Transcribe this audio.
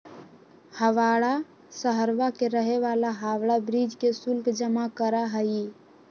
हवाड़ा शहरवा के रहे वाला हावड़ा ब्रिज के शुल्क जमा करा हई